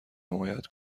حمایت